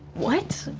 what?